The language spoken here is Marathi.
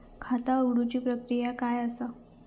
खाता उघडुची प्रक्रिया काय असा?